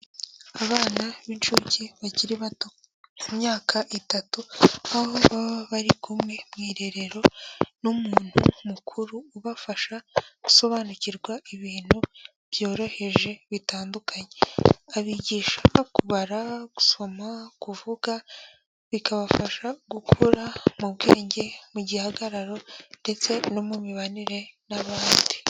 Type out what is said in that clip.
Abana b'incuke bakiri bato mu myaka itatu, aho baba bari kumwe mu irerero n'umuntu mukuru ubafasha gusobanukirwa ibintu byoroheje bitandukanye, abigisha kubara, gusoma, kuvuga, bikabafasha gukura mu bwenge, mu gihagararo, ndetse no mu mibanire n'abandi.